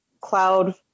Cloud